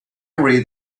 read